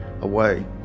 away